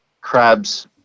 crabs